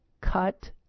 cut